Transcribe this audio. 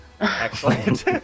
Excellent